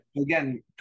again